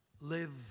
Live